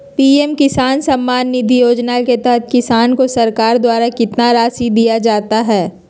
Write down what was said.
PM Kisan Samman Nidhi योजना के तहत किसान को सरकार के द्वारा कितना रासि दिया जाता है?